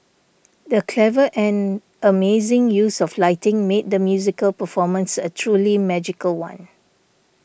the clever and amazing use of lighting made the musical performance a truly magical one